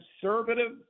conservative